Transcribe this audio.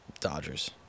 Dodgers